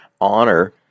honor